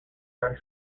are